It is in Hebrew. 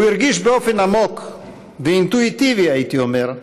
הוא הרגיש באופן עמוק ואינטואיטיבי, הייתי אומר,